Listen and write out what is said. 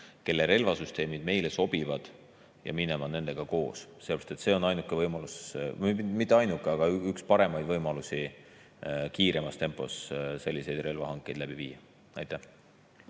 kelle relvasüsteemid meile sobivad, ja minema nendega koos. See on ainuke võimalus, või õigemini mitte ainuke, aga üks paremaid võimalusi kiiremas tempos selliseid relvahankeid läbi viia. Leo